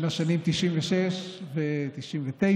בשנים 1996 1999,